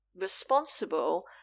responsible